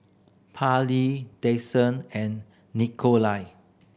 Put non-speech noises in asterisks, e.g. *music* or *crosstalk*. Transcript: Parlee *unintelligible* and Nikolai